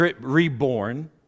reborn